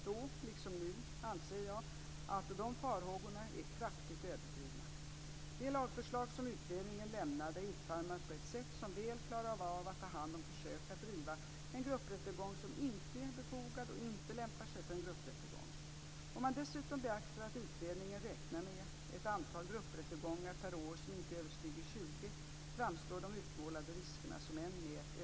Då liksom nu anser jag att dessa farhågor är kraftigt överdrivna. Det lagförslag som utredningen lämnade är utformat på ett sätt som väl klarar av att ta om hand försök att driva en grupprättegång som inte är befogad och inte lämpar sig för en grupprättegång. Om man dessutom beaktar att utredningen räknar med ett antal grupprättegångar per år som inte överstiger 20 framstår de utmålade riskerna som än mer överdrivna.